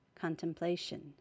contemplation